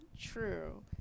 true